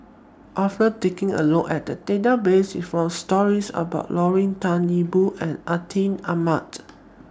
after taking A Look At The Database We found stories about Lorna Tan Yo Po and Atin Amat